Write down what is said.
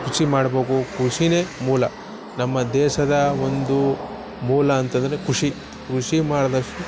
ಕೃಷಿ ಮಾಡಬೇಕು ಕೃಷಿಯೇ ಮೂಲ ನಮ್ಮ ದೇಶದ ಒಂದು ಮೂಲ ಅಂತಂದರೆ ಕೃಷಿ ಕೃಷಿ ಮಾಡ್ದಷ್ಟು